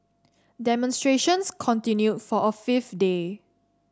demonstrations continued for a fifth day